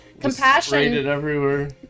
compassion